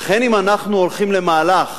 לכן, אם אנחנו הולכים למהלך